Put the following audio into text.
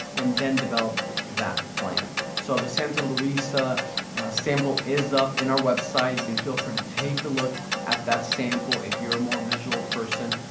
and then develop that plan. so the santa luisa sample is up in our website. you can feel free to take a look at that sample if you're a more visual person.